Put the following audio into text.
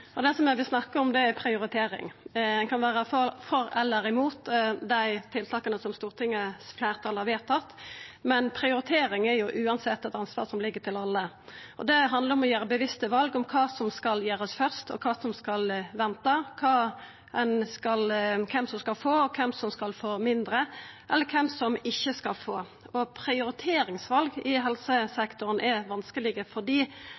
Det eg vil snakka om, er prioritering. Ein kan vera for eller imot dei tiltaka som Stortingets fleirtal har vedtatt, men prioritering er uansett eit ansvar som ligg til alle. Det handlar om å gjera bevisste val om kva som skal gjerast først, og kva som skal venta, om kven som skal få, og kven som skal få mindre, eller kven som ikkje skal få. Prioriteringsval i helsesektoren er vanskelege fordi